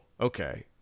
okay